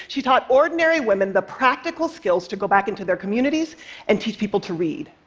she taught ordinary women the practical skills to go back into their communities and teach people to read.